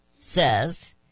says